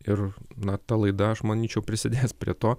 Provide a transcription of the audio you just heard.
ir na ta laida aš manyčiau prisidės prie to